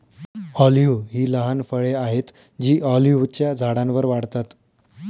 olive ही लहान फळे आहेत जी ऑलिव्हच्या झाडांवर वाढतात